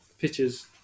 pictures